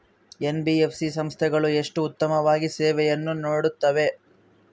NBFC ಸಂಸ್ಥೆಗಳು ಎಷ್ಟು ಉತ್ತಮವಾಗಿ ಸೇವೆಯನ್ನು ನೇಡುತ್ತವೆ?